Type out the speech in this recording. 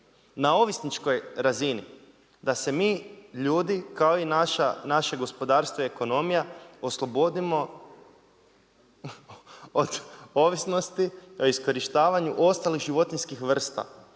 Na ovisničkoj razini, da se mi ljudi, kao i naše gospodarstvo i ekonomija oslobodimo od ovisnosti, pri iskorištavanju ostalih životinjskih vrsta,